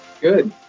Good